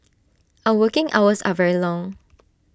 our working hours are very long